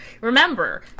remember